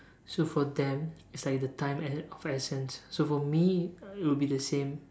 so for them it's like the time is of essence so for me uh it would be the same